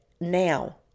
now